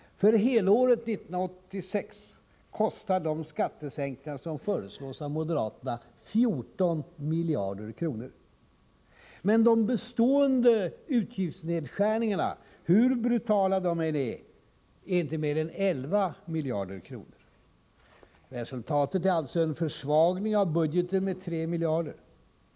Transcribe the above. För helåret 1986 kostar de skattesänkningar som föreslås av moderaterna 14 miljarder kronor. Men de bestående utgiftsnedskärningarna — hur brutala de än är — är inte mer än 11 miljarder. Resultatet är alltså en försvagning av budgeten med 3 miljarder.